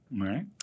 Right